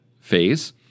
phase